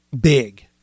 big